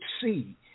see